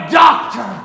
doctor